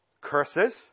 Curses